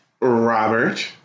Robert